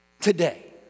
Today